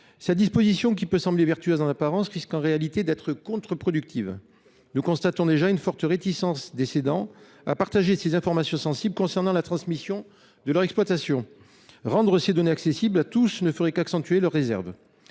telle disposition, qui peut sembler vertueuse en apparence, risque en réalité d’être contre productive. Nous constatons déjà une forte réticence des cédants à partager les informations sensibles concernant la transmission de leur exploitation. Rendre ces données accessibles à tous ne ferait qu’accroître leur réticence.